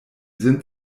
sind